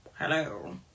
Hello